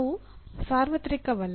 ಅವು ಸಾರ್ವತ್ರಿಕವಲ್ಲ